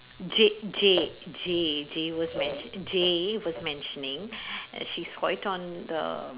Jay Jay Jay Jay was mention~ Jay was mentioning she's quite on the